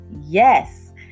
Yes